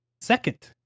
second